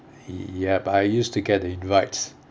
yup I used to get the invites